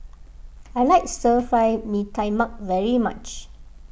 I like Stir Fried Mee Tai Mak very much